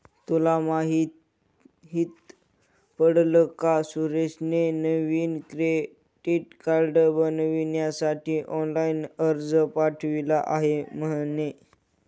तुला माहित पडल का सुरेशने नवीन क्रेडीट कार्ड बनविण्यासाठी ऑनलाइन अर्ज पाठविला आहे म्हणे